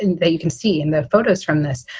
and that you can see in the photos from this,